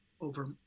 over